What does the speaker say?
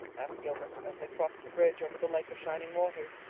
asked gilbert as they crossed the bridge over the lake of shining waters,